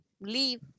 leave